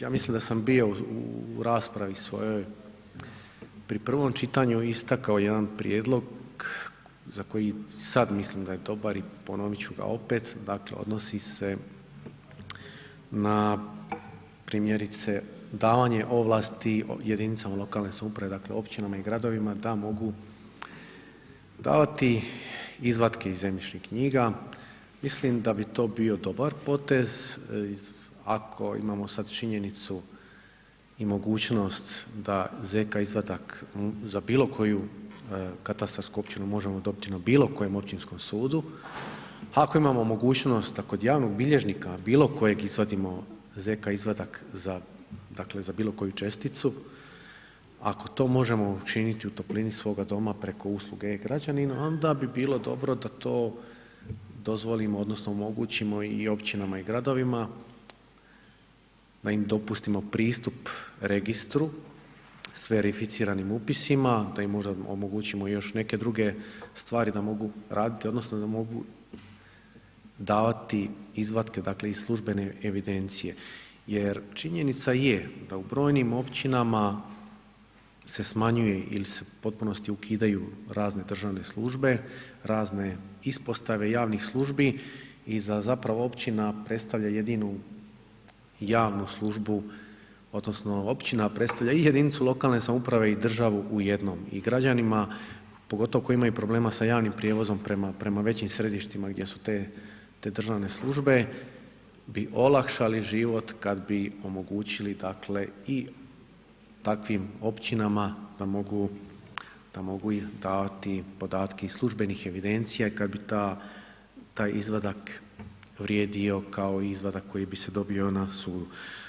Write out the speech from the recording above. Ja mislim da sam bio u raspravi svojoj pri prvom čitanju istakao jedan prijedlog za koji sad mislim da je dobar i ponovit ću ga opet, dakle odnosi se na primjerice davanje ovlasti jedinicama lokalne samouprave, dakle općinama i gradovima da mogu davati izvatke iz zemljišnih knjiga, mislim da bi to bio dobar potez, ako imamo sad činjenicu i mogućnost da ZK izvadak za bilokoju katastarsku općinu možemo dobiti na bilokojem općinskom sudu, ako imamo mogućnost da kod javnog bilježnika bilokojeg izvadimo ZK izvadak za dakle za bilokoju česticu, ako to možemo učini ti u toplini svoga doma preko usluge E-građanina, onda bi bilo dobro da to dozvolimo odnosno omogućimo i općinama i gradovima pa im dopustimo pristup registru, s verificiranim upisima, da im možda omogućimo još neke druge stvari da mogu raditi odnosno da mogu davati izvatke dakle iz službene evidencije jer činjenica je da u brojnim općinama se smanjuje ili se u potpunosti ukidaju razne državne službe, razne ispostave javnih službi i zapravo općina predstavlja jedinu javnu službu odnosno općina predstavlja i jedinicu lokalne samouprave i državu u jednom i građanima pogotovo koji imaju problema sa javnim prijevozom prema većim središtima gdje su te državne službe bi olakšali život kad bi omogućili dakle i takvim općinama da mogu i davati podatke iz službenih evidencija i kad bi taj izvadak vrijedio kao i izvadak koji bi se dobio na sudu.